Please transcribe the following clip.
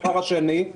שנית,